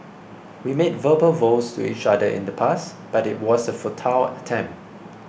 we made verbal vows to each other in the past but it was a futile attempt